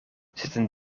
zitten